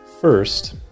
First